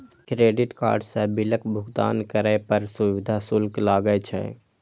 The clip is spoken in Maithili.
क्रेडिट कार्ड सं बिलक भुगतान करै पर सुविधा शुल्क लागै छै